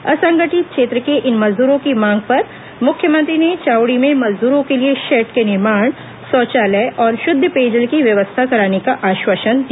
असंगठित क्षेत्र के इन मजदूरों की मांग पर मुख्यमंत्री ने चावड़ी में मजदूरों के लिए शेड के निर्माण शौचालय और शुद्ध पेयजल की व्यवस्था कराने का आश्वासन दिया